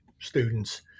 students